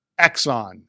Exxon